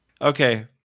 Okay